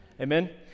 Amen